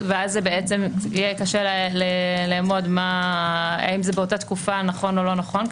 ואז זה בעצם יהיה קשה לאמוד האם זה באותה תקופה נכון או לא נכון,